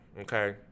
okay